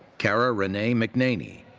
kara renee mcnaney.